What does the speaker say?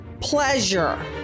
pleasure